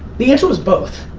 the answer was both.